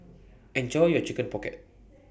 Enjoy your Chicken Pocket